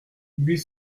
huit